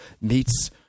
meets